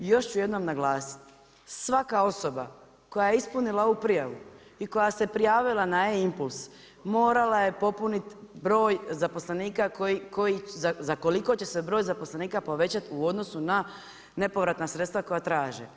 I još ću jednom naglasiti, svaka osoba koja je ispunila ovu prijavu i koja se prijavila na e-impuls, morala je popuniti broj zaposlenika, za koliko će se broj zaposlenika povećati u odnosu na nepovratna sredstva koja traže.